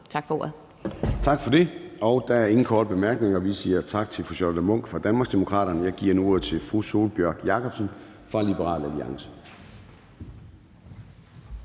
Formanden (Søren Gade): Der er ingen korte bemærkninger. Vi siger tak til fru Charlotte Munch fra Danmarksdemokraterne. Jeg giver nu ordet til fru Sólbjørg Jakobsen fra Liberal Alliance.